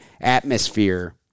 atmosphere